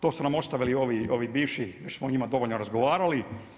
To su nam ostavili ovi bivši, jer smo o njima dovoljno razgovarali.